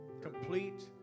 Complete